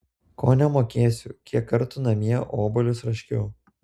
ko nemokėsiu kiek kartų namie obuolius raškiau